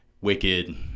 wicked